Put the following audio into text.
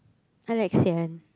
I like sian